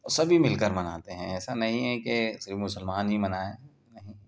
اور سبھی مل کر مناتے ہیں ایسا نہیں ہے کہ صرف مسلمان ہی منائیں نہیں